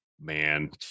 man